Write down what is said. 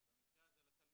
במקרה הזה לתלמידים,